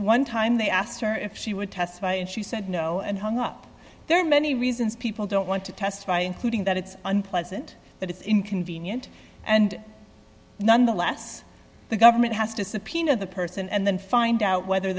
one time they asked her if she would testify and she said no and hung up there are many reasons people don't want to testify including that it's unpleasant but it's inconvenient and nonetheless the government has to subpoena the person and then find out whether